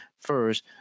first